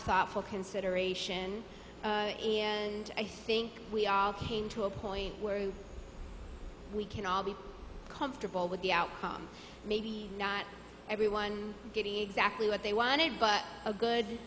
thoughtful consideration and i think we all came to a point where we can all be comfortable with the outcome maybe not everyone getting exactly what they wanted but a good